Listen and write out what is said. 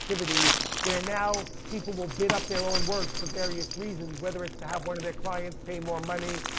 activity where now people will bid up their own works for various reasons, whether it's to have one of their clients pay more money.